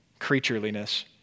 creatureliness